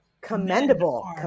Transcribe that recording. commendable